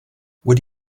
would